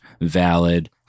valid